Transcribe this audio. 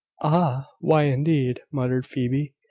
ah! why, indeed, muttered phoebe.